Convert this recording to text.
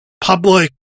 public